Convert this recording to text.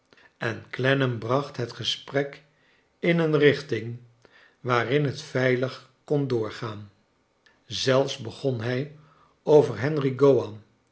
en clennam bracht het gesprek in een richting waarin het veilig kon doorgaan zelfs begon hij over henry gowan